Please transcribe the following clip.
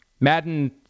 Madden